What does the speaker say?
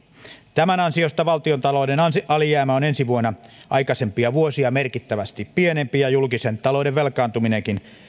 tämän ansiosta valtiontalouden alijäämä on ensi vuonna aikaisempia vuosia merkittävästi pienempi ja julkisen talouden